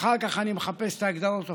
ואחר כך אני מחפש את ההגדרות הפורמליות.